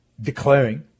declaring